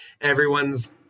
everyone's